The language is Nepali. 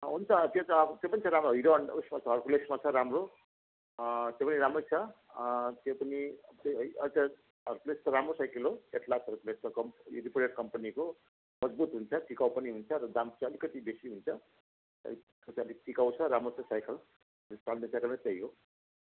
हुन्छ त्यो त अब त्यो पनि त्यो हिरो होन्डा उयसमा छ हर्कुलसमा छ राम्रो त्यो पनि राम्रो छ त्यो पनि त्यही है अच्छा हर्कुलस त राम्रो साइकिल हो एटलास हर्कुलस त कम डिफ्रेन्ट कम्पनीको मजबुत हुन्छ नि कम्पनी हुन्छ र दाम चाहिँ अलिकति बेसी हुन्छ टिकाउँछ राम्रो छ साइकल साइकलै चाहियो